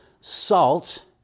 salt